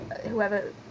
whoever